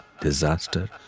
disaster